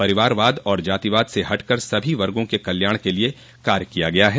परिवारवाद और जातिवाद से हटकर सभी वर्गो के कल्याण के लिए कार्य किया गया है